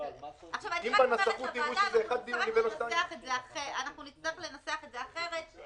רק אומרת לוועדה שנצטרך את זה לנסח אחרת.